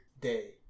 day